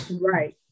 Right